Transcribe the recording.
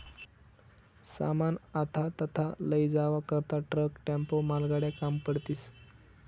सामान आथा तथा लयी जावा करता ट्रक, टेम्पो, मालगाड्या काम पडतीस